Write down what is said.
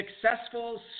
Successful